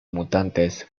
mutantes